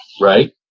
Right